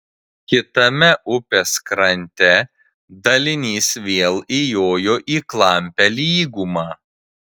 kitame upės krante dalinys vėl įjojo į klampią lygumą